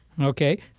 Okay